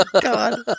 God